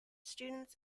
students